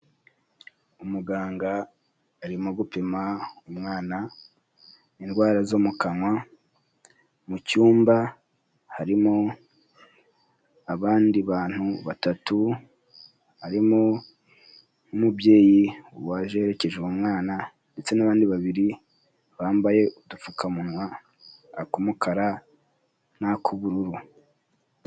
Umuganga arimo gupima umwana indwara zo mu kanwa, mu cyumba harimo abandi bantu batatu, harimo n'umubyeyi waje aherekeje uwo mwana, ndetse n'abandi babiri bambaye udupfukamunwa ak'umukara nak'ubururu.